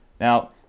Now